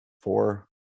four